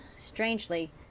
Strangely